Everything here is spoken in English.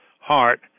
heart